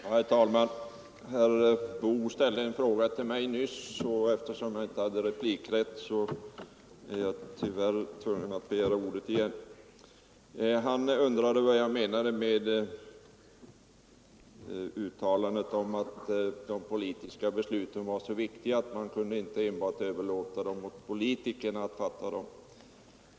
Herr talman! Herr Boo ställde en fråga till mig nyss, och eftersom jag inte hade replikrätt så är jag tyvärr tvungen att begära ordet igen. Han undrade vad jag menade med uttalandet om att de politiska besluten var så viktiga att man inte kunde överlåta enbart åt politikerna att fatta dem.